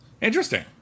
Interesting